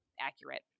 accurate